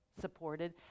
supported